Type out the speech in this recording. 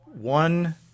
one